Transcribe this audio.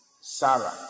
Sarah